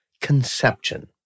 conception